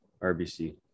RBC